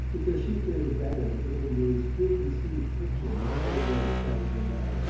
because she fitted better into undine's preconceived picture of the faubourg saint germain,